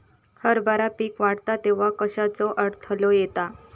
हरभरा पीक वाढता तेव्हा कश्याचो अडथलो येता?